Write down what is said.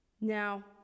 Now